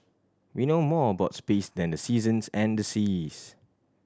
we know more about space than the seasons and the seas